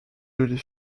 jolie